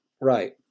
right